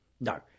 No